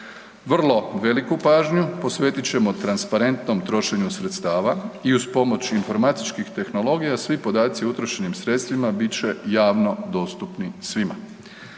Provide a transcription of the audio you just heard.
Vrlo veliku pažnju posvetiti ćemo transparentnom trošenju sredstava i uz pomoć informatičkih tehnologija, svi podaci o utrošenim sredstvima, bit će javno dostupni svima.